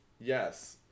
yes